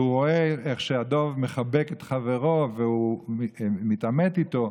והוא רואה איך הדוב מחבק את חברו והוא מתעמת איתו.